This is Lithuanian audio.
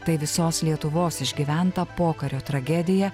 tai visos lietuvos išgyventa pokario tragedija